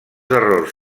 errors